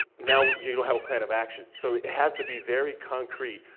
now you don't have a plan of action. so it has to be very concrete.